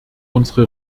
unsere